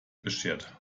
beschert